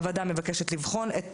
הוועדה מבקשת לבחון את